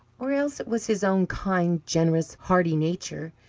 or else it was his own kind, generous, hearty nature,